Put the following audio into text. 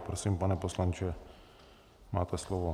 Prosím, pane poslanče, máte slovo.